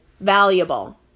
valuable